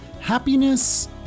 happiness